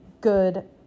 good